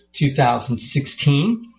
2016